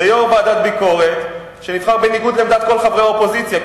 זה יושב-ראש ועדת ביקורת שנבחר בניגוד לעמדת כל חברי האופוזיציה,